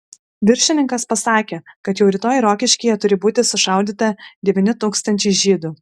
viršininkas pasakė kad jau rytoj rokiškyje turi būti sušaudyta devyni tūkstančiai žydų